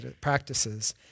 practices